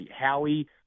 Howie